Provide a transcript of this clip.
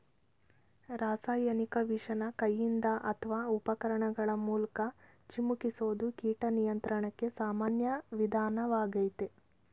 ರಾಸಾಯನಿಕ ವಿಷನ ಕೈಯಿಂದ ಅತ್ವ ಉಪಕರಣಗಳ ಮೂಲ್ಕ ಚಿಮುಕಿಸೋದು ಕೀಟ ನಿಯಂತ್ರಣಕ್ಕೆ ಸಾಮಾನ್ಯ ವಿಧಾನ್ವಾಗಯ್ತೆ